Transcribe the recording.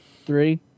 three